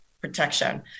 protection